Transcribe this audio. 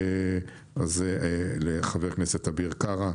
זה לחבר הכנסת אביר קארה.